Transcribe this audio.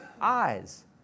eyes